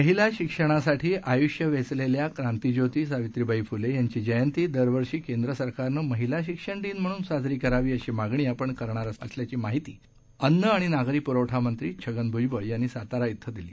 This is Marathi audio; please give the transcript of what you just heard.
हिला शिक्षणासाठी आयुष्य वेचलेल्या क्रांतीज्योती सावित्रीबाई फुले यांची जयंती दरवर्षी केंद्र सरकारनं महिला शिक्षण दिन म्हणून साजरी करावी अशी मागणी आपण करणार असल्याची माहिती अन्न आणि नागरी पुरवठामंत्री छगन भुजबळ यांनी सातारा केलं